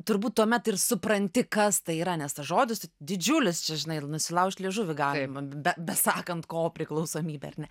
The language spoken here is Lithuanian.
turbūt tuomet ir supranti kas tai yra nes tas žodis didžiulis čia žinai ir nusilaužt liežuvį galima be bet sakant ko priklausomybė ar ne